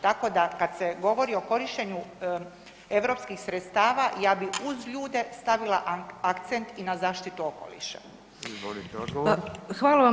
Tako da kad se govori o korištenju europskih sredstava ja bih uz ljude stavila akcent i na zaštitu okoliša.